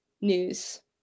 news